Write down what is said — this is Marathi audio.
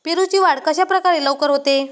पेरूची वाढ कशाप्रकारे लवकर होते?